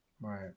Right